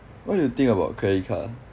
what do you think about credit card ah